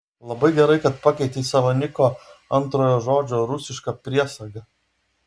labai gerai kad pakeitei savo niko antrojo žodžio rusišką priesagą